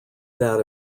that